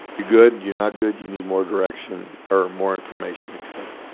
good, you're not good, you need more direction or more information, et cetera?